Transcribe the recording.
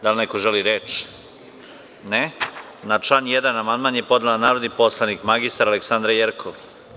Da li neko želi reč? (Ne.) Na član 1. amandman je podnela narodni poslanik mr Aleksandra Jerkov.